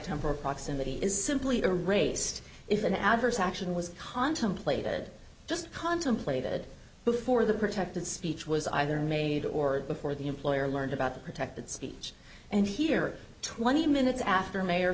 temporal proximity is simply a racist if an adverse action was contemplated just contemplated before the protected speech was either made or before the employer learned about the protected speech and here twenty minutes after mayor